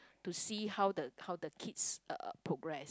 to see how the how the kids uh progress